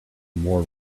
more